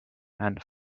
and